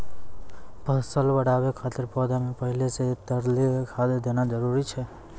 फसल बढ़ाबै खातिर पौधा मे पहिले से तरली खाद देना जरूरी छै?